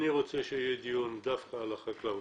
אני רוצה שיהיה דיון דווקא על החקלאות.